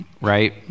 right